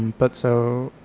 but so,